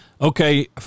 Okay